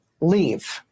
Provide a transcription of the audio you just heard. leave